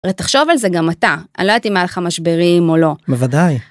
ותחשוב על זה גם אתה, אני לא יודעת אם היה לך משברים או לא. בוודאי.